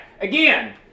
again